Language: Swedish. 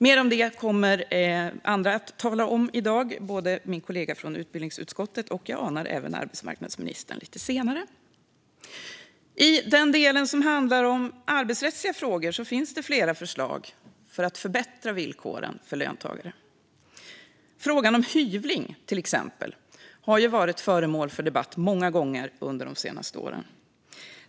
Mer om detta kommer andra att tala om här i dag, både min kollega från utbildningsutskottet och, anar jag, även arbetsmarknadsministern, lite senare. I den del som handlar om arbetsrättsliga frågor finns det flera förslag för att förbättra villkoren för löntagare. Frågan om hyvling, till exempel, har ju varit föremål för debatt många gånger under de senaste åren.